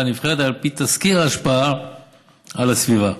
הנבחרת על פי תסקיר ההשפעה על הסביבה.